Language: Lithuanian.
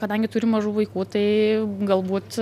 kadangi turiu mažų vaikų tai galbūt